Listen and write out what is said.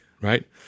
right